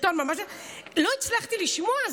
לא הצלחתי לשמוע,